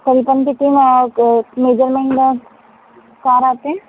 confirm किती मग measurement का राहते